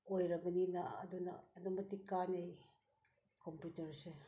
ꯑꯣꯏꯔꯕꯅꯤꯅ ꯑꯗꯨꯅ ꯑꯗꯨꯛ ꯃꯇꯤꯛ ꯀꯥꯟꯅꯩ ꯀꯝꯄꯨꯇꯔꯁꯦ